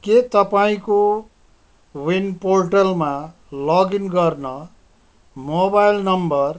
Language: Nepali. के तपाईँ कोविन पोर्टलमा लगइन गर्न मोबाइल नम्बर